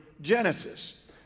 Genesis